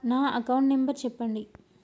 నా account number చెప్పండి?